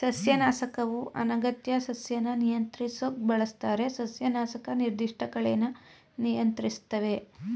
ಸಸ್ಯನಾಶಕವು ಅನಗತ್ಯ ಸಸ್ಯನ ನಿಯಂತ್ರಿಸೋಕ್ ಬಳಸ್ತಾರೆ ಸಸ್ಯನಾಶಕ ನಿರ್ದಿಷ್ಟ ಕಳೆನ ನಿಯಂತ್ರಿಸ್ತವೆ